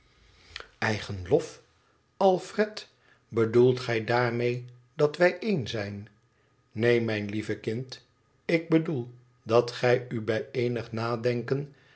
alfred bedoelt gij daarmee dat wij één zijn neen mijn lieve kind ik bedoel dat gij u bij eenig nadenken